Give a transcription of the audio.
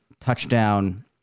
touchdown